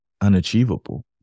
unachievable